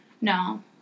No